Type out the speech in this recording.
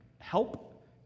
help